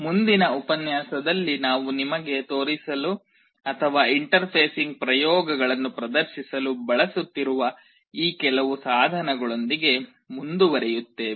ಮುಂದಿನ ಉಪನ್ಯಾಸದಲ್ಲಿ ನಾವು ನಿಮಗೆ ತೋರಿಸಲು ಅಥವಾ ಇಂಟರ್ಫೇಸಿಂಗ್ ಪ್ರಯೋಗಗಳನ್ನು ಪ್ರದರ್ಶಿಸಲು ಬಳಸುತ್ತಿರುವ ಈ ಕೆಲವು ಸಾಧನಗಳೊಂದಿಗೆ ಮುಂದುವರಿಯುತ್ತೇವೆ